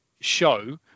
show